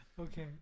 Okay